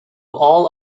all